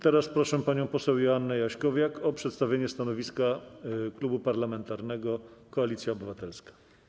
Teraz proszę panią poseł Joannę Jaśkowiak o przedstawienie stanowiska Klubu Parlamentarnego Koalicja Obywatelska.